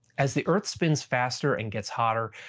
as the earth spins faster and gets hotter,